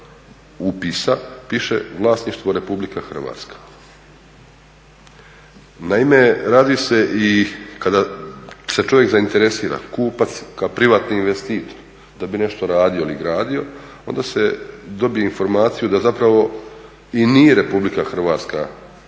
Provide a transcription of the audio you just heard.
upisa piše vlasništvo RH. Naime, radi se i kada se čovjek zainteresira kupac kao privatni investitor da bi nešto radio ili gradio, onda se dobije informacija da zapravo i nije RH u biti vlasnik, ona